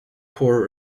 poor